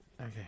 Okay